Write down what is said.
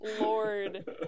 lord